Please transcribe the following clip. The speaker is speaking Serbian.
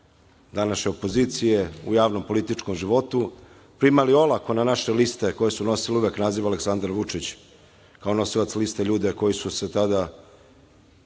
današnje opozicije u javnom političkom životu, primali olako na naše liste koje su uvek nosile naziv Aleksandar Vučić, kao nosilac Liste, ljude koji su se tada